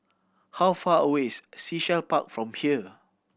how far away is Sea Shell Park from here